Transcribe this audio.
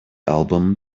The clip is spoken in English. album